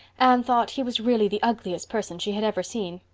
anne thought he was really the ugliest person she had ever seen.